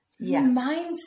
Mindset